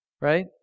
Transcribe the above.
right